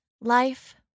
life